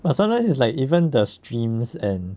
but sometimes it's like even the streams and